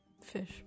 Fish